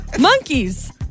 Monkeys